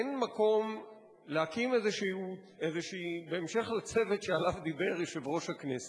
האם אין מקום להקים בהמשך לצוות שעליו דיבר יושב-ראש הכנסת,